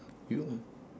you